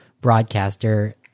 broadcaster